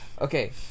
Okay